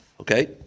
Okay